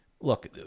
look